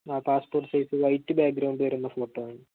ആ passport size white background വരുന്ന photo വേണം